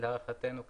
להערכתנו כן.